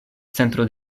centro